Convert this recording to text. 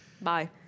Bye